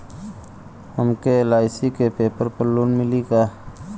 हमके एल.आई.सी के पेपर पर लोन मिली का?